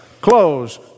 close